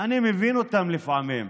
אני מבין אותם לפעמים.